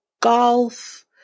golf